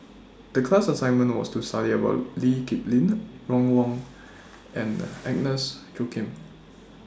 The class assignment was to study about Lee Kip Lin Ron Wong and Agnes Joaquim